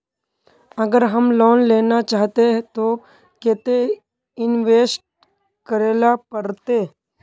अगर हम लोन लेना चाहते तो केते इंवेस्ट करेला पड़ते?